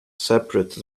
separate